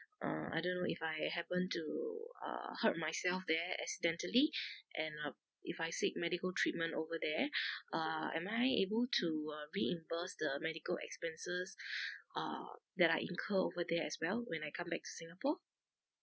uh I don't know if I happen to uh hurt myself there accidentally and uh if I seek medical treatment over there uh am I able to uh reimburse the medical expenses uh that I incur over there as well when I come back to singapore